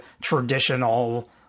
traditional